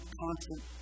constant